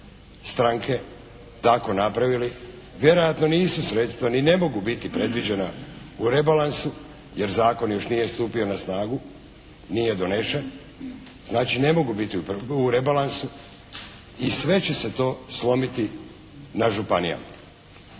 stranke tako napravili, vjerojatno nisu sredstva ni ne mogu biti predviđena u rebalansu jer zakon još nije stupio na snagu, nije donesen, znači ne mogu biti u rebalansu i sve će se to slomiti na županijama.